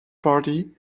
party